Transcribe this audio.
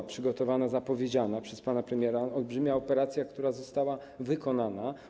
To przygotowana i zapowiedziana przez pana premiera olbrzymia operacja, która została wykonana.